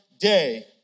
day